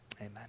amen